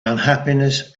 unhappiness